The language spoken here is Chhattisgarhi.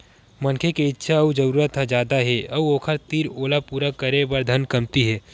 मनखे के इच्छा अउ जरूरत ह जादा हे अउ ओखर तीर ओला पूरा करे बर धन कमती हे